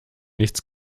nichts